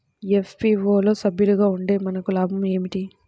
FPO లో సభ్యులుగా ఉంటే మనకు లాభం ఏమిటి?